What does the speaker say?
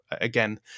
again